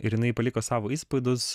ir jinai paliko savo įspaudus